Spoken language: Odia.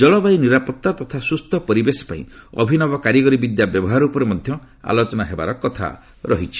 ଜଳବାୟୁ ନିରାପତ୍ତା ତଥା ସୁସ୍ଥ ପରିବେଶ ପାଇଁ ଅଭିନବ କାରିଗରି ବିଦ୍ୟା ବ୍ୟବହାର ଉପରେ ମଧ୍ୟ ଆଲୋଚନା ହେବାର କଥା ରହିଛି